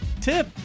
tip